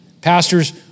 Pastors